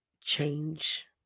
change